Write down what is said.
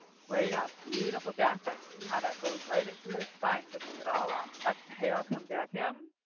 way up, beautiful back bend. see, how that goes right into his spine, lifting it all up. exhale. come back in.